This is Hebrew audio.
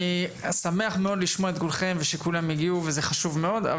אני שמח מאוד לשמוע את כולכם ושכולם הגיעו וזה חשוב מאוד.